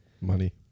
Money